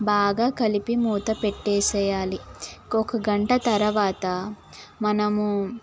బాగా కలిపి మూత పెట్టేసేయాలి ఒక గంట తర్వాత మనము